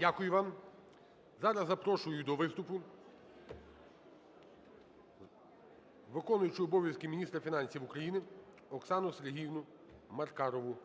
Дякую вам. Зараз запрошую до виступу виконуючого обов'язки міністра фінансів України Оксану Сергіївну Маркарову,